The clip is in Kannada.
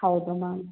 ಹೌದು ಮ್ಯಾಮ್